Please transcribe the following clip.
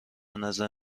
نظر